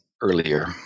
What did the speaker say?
earlier